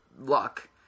luck